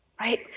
right